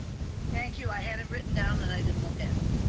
thank you, i had it written down, and i didn't look at it.